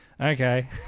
Okay